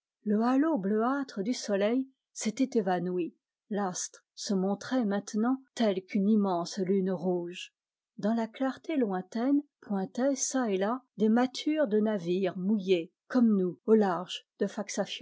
le halo bleuâtre du soleil s'était évanoui l'astre se montrait maintenant tel qu'une immense lune rouge dans la clarté lointaine pointaient çà et là des mâtures de navires mouillés comme nous au large de